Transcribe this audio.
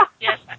Yes